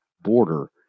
border